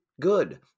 good